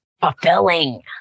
fulfilling